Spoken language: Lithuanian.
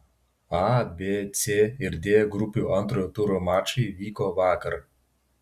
a b c ir d grupių antrojo turo mačai vyko vakar